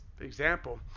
example